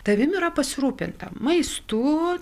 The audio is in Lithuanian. tavim yra pasirūpinta maistu